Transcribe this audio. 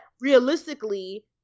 realistically